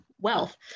wealth